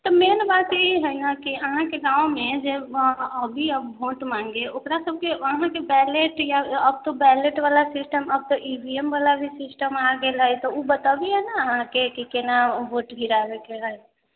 मेन बात ई हय न कि अहाँके गाँवमे जे अभी भोट माँगे ओकरा सबके अहाँ के बैलेट या अब तऽ ओ बैलेट बला सिस्टम अब तऽ ई वी एम बला भी सिस्टम आ गेल है तऽ ओ बताबिये न के की केना भोट गिराबैके हय